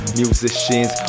musicians